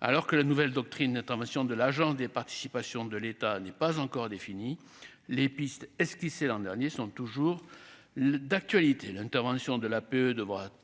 alors que la nouvelle doctrine d'intervention de l'Agence des participations de l'État n'est pas encore défini les pistes esquissées l'an dernier sont toujours le d'actualité : l'intervention de l'APE devrait ainsi